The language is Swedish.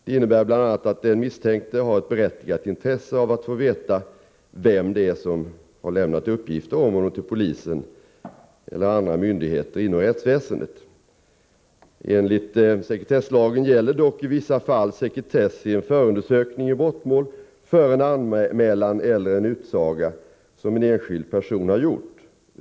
Det innebär bl.a. att den misstänkte har ett berättigat intresse av att få veta vem det är som har lämnat uppgifter om honom till polisen eller andra myndigheter inom rättsväsendet. Enligt sekretesslagen gäller dock i vissa fall sekretess i en förundersökning i brottmål för en anmälan eller en utsaga som en enskild person har gjort.